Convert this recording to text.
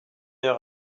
heure